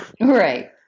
Right